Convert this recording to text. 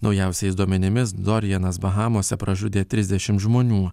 naujausiais duomenimis dorianas bahamose pražudė trisdešimt žmonių